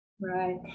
Right